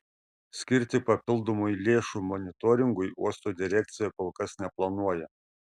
skirti papildomai lėšų monitoringui uosto direkcija kol kas neplanuoja